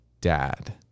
dad